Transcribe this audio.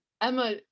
Emma